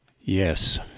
Yes